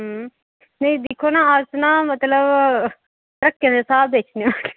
नेईं दिक्खो ना अस ना मतलब ट्रकें दे स्हाब बेचने आं